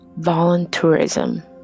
Voluntourism